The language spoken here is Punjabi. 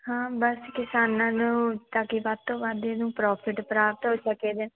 ਹਾਂ ਬਸ ਕਿਸਾਨਾਂ ਨੂੰ ਤਾਂ ਕਿ ਵੱਧ ਤੋਂ ਵੱਧ ਇਹਨੂੰ ਪ੍ਰੋਫਿਟ ਪ੍ਰਾਪਤ ਹੋ ਸਕੇ ਜਾ